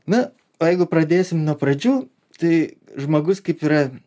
na o jeigu pradėsim nuo pradžių tai žmogus kaip yra